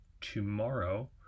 tomorrow